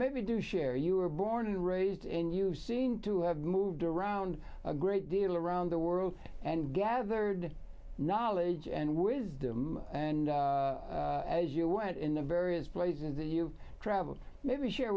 maybe do share you were born and raised in you seem to have moved around a great deal around the world and gathered knowledge and wisdom and as you went in the various places that you traveled maybe share